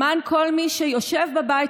למען כל מי שיושב בבית,